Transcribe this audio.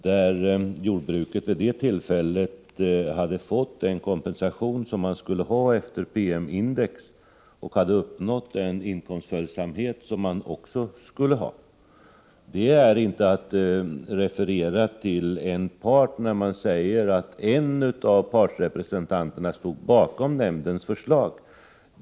Vid det tidigare tillfället hade jordbrukarna fått den kompensation som man skulle ha efter PM-index och uppnått den inkomstföljsamhet som man också skulle ha. Det är inte att referera till en part när man säger att en av representanterna stod bakom nämndens förslag.